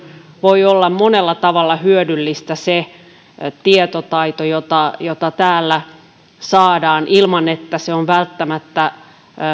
voi olla monella tavalla hyödyllistä se tietotaito jota jota täällä saadaan ilman että se on välttämättä